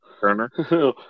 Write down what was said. Turner